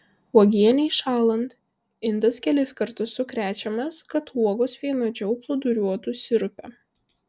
uogienei šąlant indas kelis kartus sukrečiamas kad uogos vienodžiau plūduriuotų sirupe